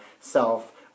self